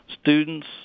students